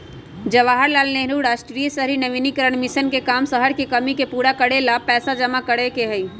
जवाहर लाल नेहरू राष्ट्रीय शहरी नवीकरण मिशन के काम शहर के कमी के पूरा करे ला पैसा जमा करे के हई